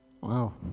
Wow